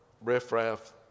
riffraff